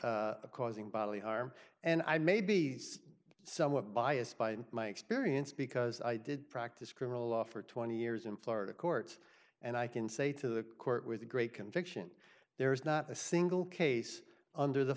a causing bodily harm and i may be somewhat biased by my experience because i did practice criminal law for twenty years in florida courts and i can say to the court with great conviction there is not a single case under the